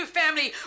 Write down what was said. family